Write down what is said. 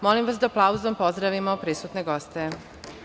Molim vas da aplauzom pozdravimo prisutne goste.